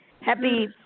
Happy